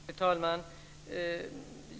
Fru talman!